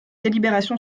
délibération